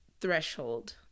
threshold